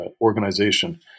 organization